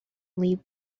leave